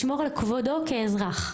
לשמור על כבודו כאזרח.